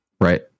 right